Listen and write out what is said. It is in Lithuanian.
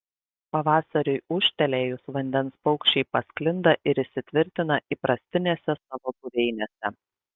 pavasariui ūžtelėjus vandens paukščiai pasklinda ir įsitvirtina įprastinėse savo buveinėse